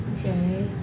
okay